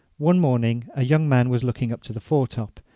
one morning a young man was looking up to the fore-top,